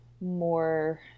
more